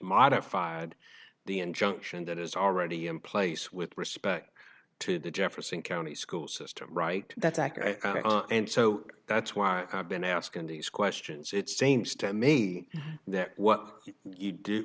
modified the injunction that is already in place with respect to the jefferson county school system right that's accurate and so that's why i've been asking these questions it seems to me that what we would do